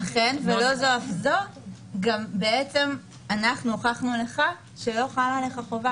אכן, ולא זו אף זו, הוכחנו לך שלא חלה עליך חובה.